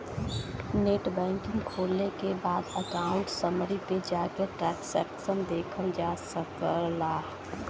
net banking खोले के बाद अकाउंट समरी पे जाके ट्रांसैक्शन देखल जा सकला